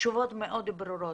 תשובות מאוד ברורות.